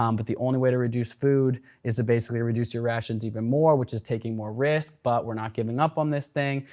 um but the only way to reduce food is to basically reduce your rations even more, which is taking more risk, but we're not giving up on this thing.